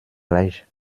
gleich